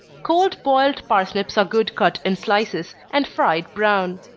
cold boiled parsnips are good cut in slices, and fried brown.